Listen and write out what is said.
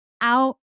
out